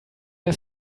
der